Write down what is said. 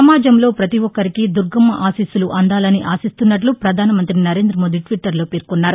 సమాజంలో ప్రతి ఒక్కరికీ దుర్గమ్మ ఆశీస్సులు అందాలని ఆశిస్తున్నట్లు ప్రధాన మంతి నరేంద్ర మోదీ ట్విట్టర్లో పేర్కొన్నారు